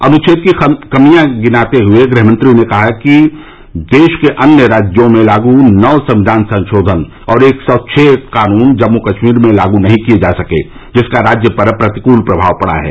अनुच्छेद की खामियां गिनाते हुए गृहमंत्री ने कहा कि देश के अन्य राज्यों में लागू नौ संविधान संशोधन और एक सौ छः कानून जम्मू कश्मीर में लागू नहीं किये जा सके जिसका राज्य पर प्रतिकूल प्रभाव पढ़ा है